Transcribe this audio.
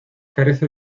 carece